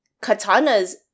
Katana's